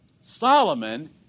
Solomon